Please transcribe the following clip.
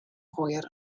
hwyr